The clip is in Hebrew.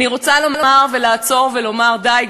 אני רוצה לעצור ולומר: די,